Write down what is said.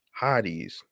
hotties